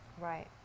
Right